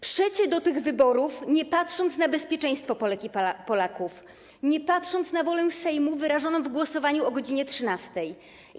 Przecie do tych wyborów, nie patrząc na bezpieczeństwo Polek i Polaków, nie patrząc na wolę Sejmu wyrażoną w głosowaniu o godz. 13.